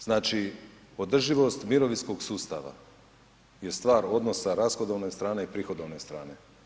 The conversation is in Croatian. Znači održivost mirovinskog sustava je stvar odnosa rashodovne strane i prihodovne strane.